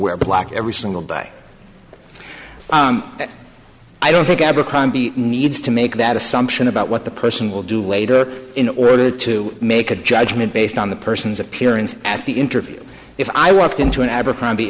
wear black every single day i don't think abercrombie needs to make that assumption about what the person will do later in order to make a judgment based on the person's appearance at the interview if i walked into an abercrombie